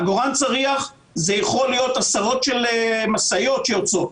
עגורן צריח זה יכול להיות עשרות של משאיות שיוצאות.